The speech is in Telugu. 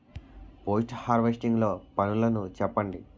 పోస్ట్ హార్వెస్టింగ్ లో పనులను చెప్పండి?